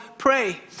pray